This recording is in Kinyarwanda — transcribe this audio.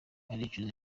aricuza